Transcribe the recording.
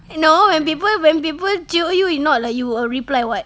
no when people when people jio you you not like you will reply [what]